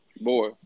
Boy